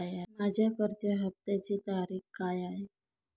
माझ्या कर्ज हफ्त्याची तारीख काय आहे?